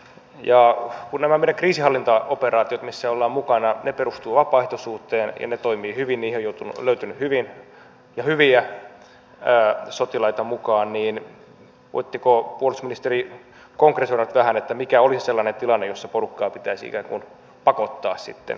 ja kun nämä meidän kriisinhallintaoperaatiot missä ollaan mukana perustuvat vapaaehtoisuuteen ja ne toimivat hyvin niihin on löytynyt hyvin ja hyviä sotilaita mukaan niin voitteko puolustusministeri konkretisoida tähän mikä olisi sellainen tilanne jossa porukkaa pitäisi ikään kuin pakottaa sitten jonnekin